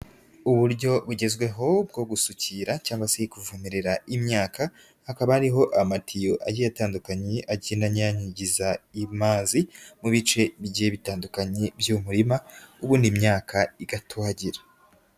Uburyo bugezweho bwo gusukira cyangwa se kuvomerera imyaka, hakaba ariho amatiyo agiye atandukanye, agenda anyanyagiza amazi mu bice bigiye bitandukanye by'umurima, ubundi imyaka igatuhagira.